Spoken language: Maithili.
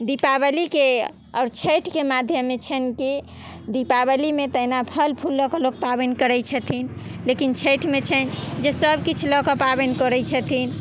दीपावलीके आओर छैठके माध्यम छन्हि कि दिपावलीमे तहिना फल फूल लअ कऽ लोक पाबनि करै छथिन लेकिन छैठमे छन्हि कि सभ किछु लअ कऽ पाबनि करै छथिन